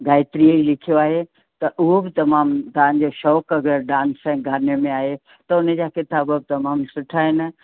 गायत्रीअ लिखियो आहे त उहो बि तमामु तव्हांजो शौंक़ु अगरि डांस ऐं गाने में आहे त हुन जा किताब बि तमामु सुठा आहिनि